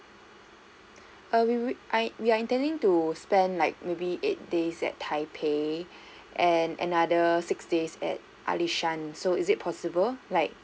err we will I we are intending to spend like maybe eight days at taipei and another six days at alishan so is it possible like